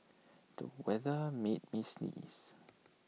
the weather made me sneeze